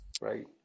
right